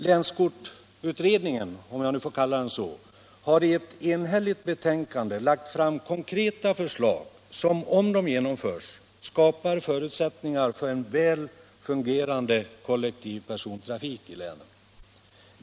Länskortsutredningen - om jag nu får kalla den så — har i ett enhälligt betänkande lagt fram konkreta förslag som, om de genomförs, skapar förutsättningar för en väl fungerande kollektiv persontrafik i länen.